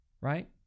right